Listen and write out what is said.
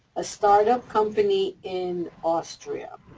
a start-up company in austria?